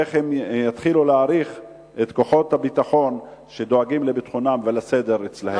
איך הם יתחילו להעריך את כוחות הביטחון שדואגים לביטחונם ולסדר אצלם.